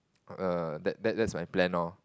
err that that's my plan lor